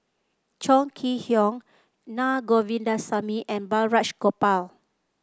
Chong Kee Hiong Na Govindasamy and Balraj Gopal